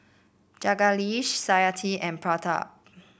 Jagadish Satyajit and Pratap